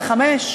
ב-17:00.